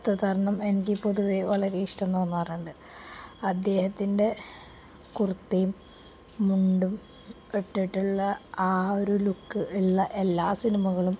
വസ്ത്രധാരണം എനിക്ക് പൊതുവെ വളരെ ഇഷ്ടം തോന്നാറുണ്ട് അദ്ദേഹത്തിൻ്റെ കുർത്തയും മുണ്ടുമിട്ടിട്ടുള്ള ആ ഒരു ലുക്ക് ഉള്ള എല്ലാ സിനിമകളും